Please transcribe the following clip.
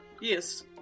Yes